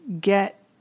get